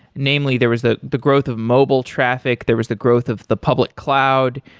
namely there was the the growth of mobile traffic, there was the growth of the public cloud.